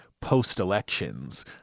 post-elections